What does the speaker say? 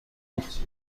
گفت